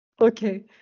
Okay